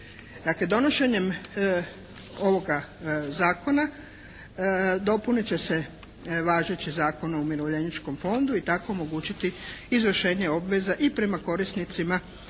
donošenjem ovoga Zakona dopunit će se važeći Zakon o umirovljeničkom fondu i tako omogućiti izvršenje obveza i prema korisnicima